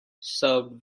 served